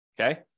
Okay